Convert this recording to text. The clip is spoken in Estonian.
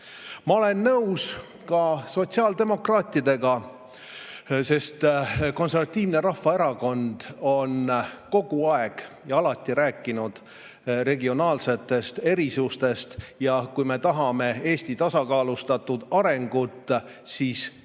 Ma olen nõus ka sotsiaaldemokraatidega, sest Konservatiivne Rahvaerakond on kogu aeg, alati rääkinud regionaalsetest erisustest. Kui me tahame Eesti tasakaalustatud arengut, siis tuleb